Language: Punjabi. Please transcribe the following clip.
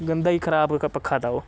ਗੰਦਾ ਹੀ ਖ਼ਰਾਬ ਕ ਪੱਖਾ ਤਾਂ ਉਹ